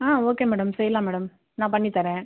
ஆ okay madam செய்யலாம் madam நான் பண்ணி தரேன்